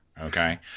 okay